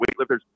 weightlifters